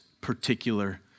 particular